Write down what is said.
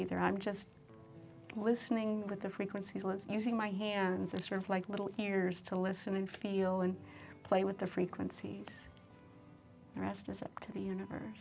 either i'm just listening with the frequencies was using my hands and sort of like little ears to listen and feel and play with the frequencies the rest is up to the universe